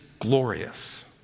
glorious